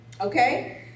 okay